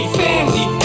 family